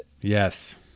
Yes